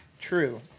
true